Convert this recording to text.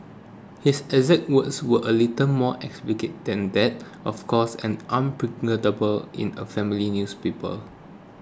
his exact words were a little more explicit than that of course and unprintable in a family newspaper